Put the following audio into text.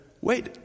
wait